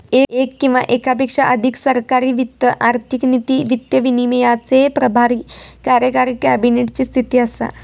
येक किंवा येकापेक्षा अधिक सरकारी वित्त आर्थिक नीती, वित्त विनियमाचे प्रभारी कार्यकारी कॅबिनेट ची स्थिती असा